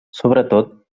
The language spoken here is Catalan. sobretot